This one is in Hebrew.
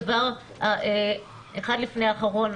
דבר אחד לפני אחרון.